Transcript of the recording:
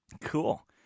cool